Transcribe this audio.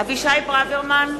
אבישי ברוורמן,